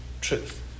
truth